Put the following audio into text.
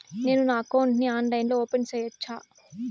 నేను నా అకౌంట్ ని ఆన్లైన్ లో ఓపెన్ సేయొచ్చా?